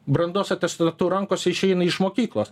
brandos atestatu rankose išeina iš mokyklos